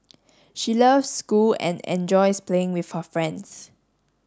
she loves school and enjoys playing with her friends